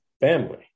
family